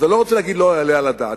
אז אני לא רוצה להגיד "לא יעלה על הדעת",